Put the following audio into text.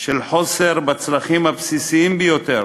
חוסר בצרכים הבסיסיים ביותר,